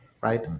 right